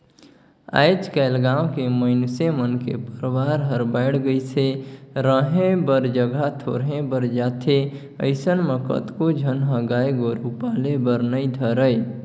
आयज कायल गाँव के मइनसे मन के परवार हर बायढ़ गईस हे, रहें बर जघा थोरहें पर जाथे अइसन म कतको झन ह गाय गोरु पाले बर नइ धरय